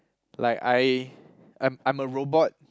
like I I'm I'm a robot